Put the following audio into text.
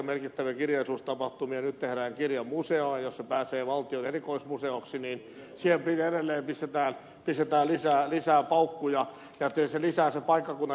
nyt tehdään kirjamuseota ja jos se pääsee valtion erikoismuseoksi niin siihen edelleen pistetään lisää paukkuja ja tietysti se lisää sen paikkakunnan identiteettiä